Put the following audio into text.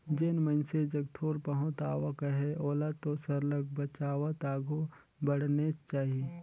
जेन मइनसे जग थोर बहुत आवक अहे ओला तो सरलग बचावत आघु बढ़नेच चाही